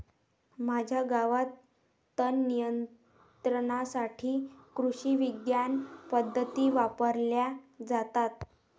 माझ्या गावात तणनियंत्रणासाठी कृषिविज्ञान पद्धती वापरल्या जातात